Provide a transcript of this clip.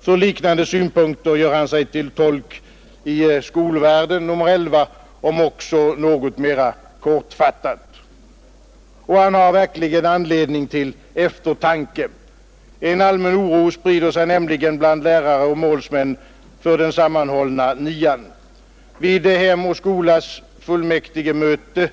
För liknande synpunkter gör han sig till tolk i Skolvärlden nr 11, om också något mera kortfattat. Och han har verkligen anledning till eftertanke. En allmän oro sprider sig nämligen bland lärare och målsmän för den sammanhållna 9-an. Vid Hem och Skolas fullmäktigemöte